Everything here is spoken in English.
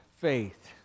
faith